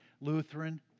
Lutheran